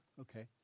Okay